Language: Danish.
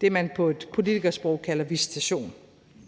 Det er det, man på politikersprog kalder visitation.